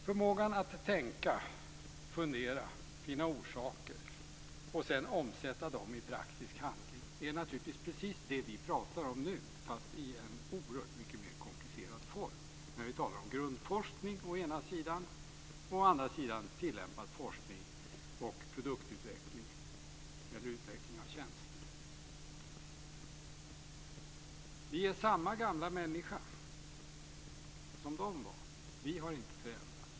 Förmågan att tänka, fundera och finna orsaker och sedan omsätta dem i praktisk handling är naturligtvis precis det som vi talar om nu fast i en oerhört mycket mer komplicerad form när vi talar om grundforskning å ena sidan och tillämpad forskning och produktutveckling eller utveckling av tjänster å den andra sidan. Vi är samma gamla människor som de var. Vi har inte förändrats.